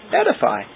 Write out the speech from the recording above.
edify